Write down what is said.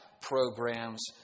programs